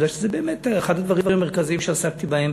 מפני שזה באמת אחד הדברים המרכזיים שעסקתי בהם,